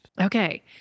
Okay